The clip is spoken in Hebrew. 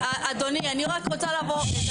אדוני, אני רק רוצה לבוא.